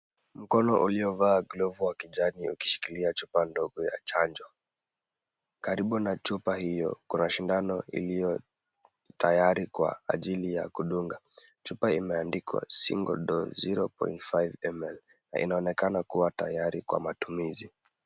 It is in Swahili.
Mkono uliovaa glovu wa kijani ukishikilia chupa ndogo ya chanjo. Karibu na chupa hiyo kuna shindano iliyo tayari kwa ajili ya kudunga. Chupa imeandikwa single door 0.5ml na inaonekana kuwa tayari kwa matumizi.